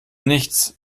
nichts